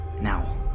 Now